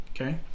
okay